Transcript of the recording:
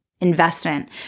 Investment